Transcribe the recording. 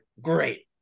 great